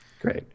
Great